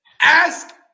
Ask